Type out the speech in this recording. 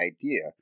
idea